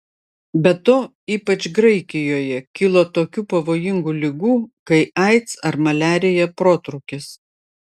be to ypač graikijoje kilo tokių pavojingų ligų kai aids ar maliarija protrūkis